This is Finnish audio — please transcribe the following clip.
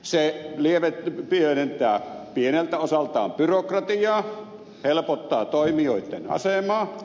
se pienentää pieneltä osaltaan byrokratiaa helpottaa toimijoitten asemaa